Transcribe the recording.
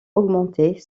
augmenter